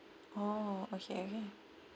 oh okay okay